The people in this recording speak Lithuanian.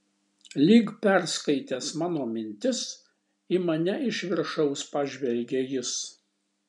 lyg perskaitęs mano mintis į mane iš viršaus pažvelgė jis